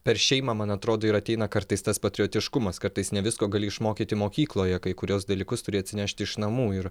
per šeimą man atrodo ir ateina kartais tas patriotiškumas kartais ne visko gali išmokyti mokykloje kai kuriuos dalykus turi atsinešti iš namų ir